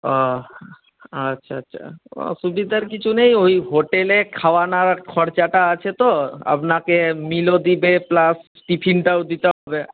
ও আচ্ছা আচ্ছা অসুবিধার কিছু নেই ওই হোটেলে খাওয়া নাওয়ার খরচাটা আছে তো আপনাকে মিলও দেবে প্লাস টিফিনটাও দিতে হবে